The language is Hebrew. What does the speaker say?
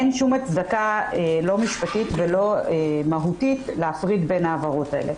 אין שום הצדקה משפטית או מהותית להפריד בין העבירות האלה.